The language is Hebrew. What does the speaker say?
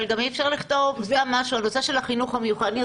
אבל גם אי-אפשר לכתוב, הנושא של